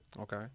Okay